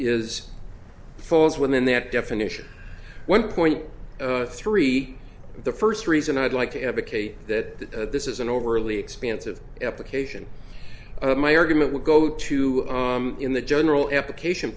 is falls within that definition one point three the first reason i'd like to advocate that this is an overly expansive application my argument would go to in the general application